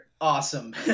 awesome